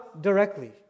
directly